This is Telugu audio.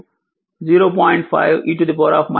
5 t ఆంపియర్